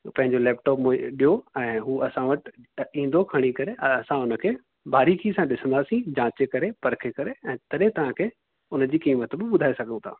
पंहिंजो लैप्टॉप ए ॾियो ऐं हू असां वटि ईंदो खणी करे ऐं असां हुन खे बारीकीअ सां ॾिसंदासीं जांचे करे परखे करे ऐं तॾहिं तव्हांखे हुनजी क़ीमत बि ॿुधाए सघूं था